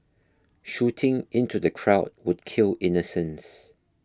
shooting into the crowd would kill innocents